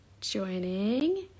joining